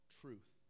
truth